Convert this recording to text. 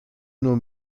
nur